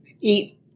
eat